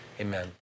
amen